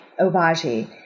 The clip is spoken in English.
Obagi